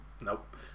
Nope